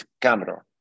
camera